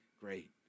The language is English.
great